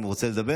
הוא רוצה לדבר?